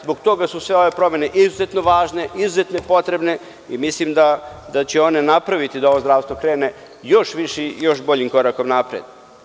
Zbog toga su sve ove promene izuzetno važne, izuzetno potrebne i mislim da će one napraviti da ovo zdravstvo krene još višim i još boljim korakom napred.